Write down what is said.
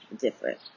different